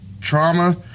trauma